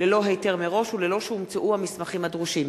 ללא היתר מראש וללא שהומצאו המסמכים הדרושים.